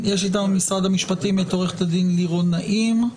ממשרד המשפטים נמצאים עורכת הדין ליאור נעים,